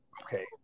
Okay